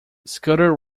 scudder